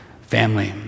family